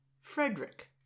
Frederick